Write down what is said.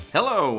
Hello